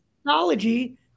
technology